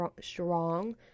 strong